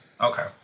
Okay